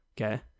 Okay